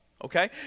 Okay